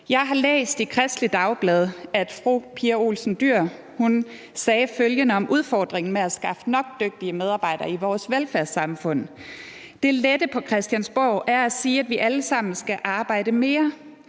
Jeg har læst i Kristeligt Dagblad, at fru Pia Olsen Dyhr har sagt følgende om udfordringen med at skaffe nok dygtige medarbejdere ude i vores velfærdssamfund: »Det lette på Christiansborg er at sige, at vi alle sammen skal arbejde mere.